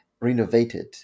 renovated